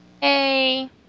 Hey